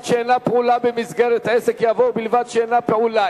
שאינה פעולה במסגרת עסק" יבוא "ובלבד שאינה פעולה".